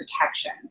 protection